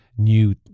new